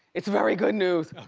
it's very good news.